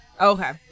Okay